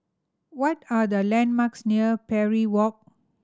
what are the landmarks near Parry Walk